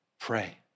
pray